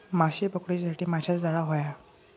माशे पकडूच्यासाठी माशाचा जाळां होया